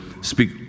speak